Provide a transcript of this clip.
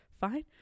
fine